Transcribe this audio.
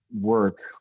work